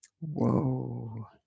whoa